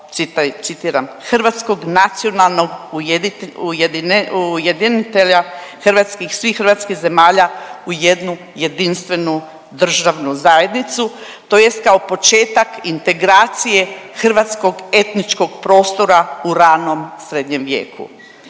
citiram „hrvatskog nacionalnog ujedinitelja hrvatskih, svih hrvatskih zemalja u jednu jedinstvenu državnu zajednicu, tj. kao početak integracije hrvatskog etničkog prostora u ranom srednjem vijeku.